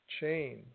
chain